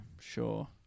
sure